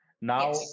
now